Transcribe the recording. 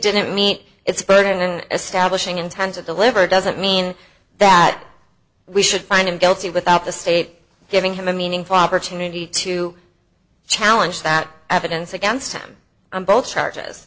didn't meet its burden and establishing intent of the liver doesn't mean that we should find him guilty without the state giving him a meaningful opportunity to challenge that evidence against him on both charges